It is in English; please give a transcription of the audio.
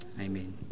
Amen